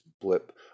blip